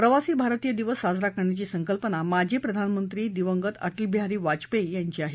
प्रवासी भारतीय दिवस साजरा करण्याची संकल्पना माजी प्रधानमंत्री दिवंगत अटलबिहारी वाजपेयी यांची आहे